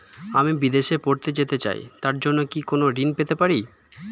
আমি বিদেশে পড়তে যেতে চাই তার জন্য কি কোন ঋণ পেতে পারি?